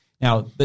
Now